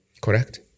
Correct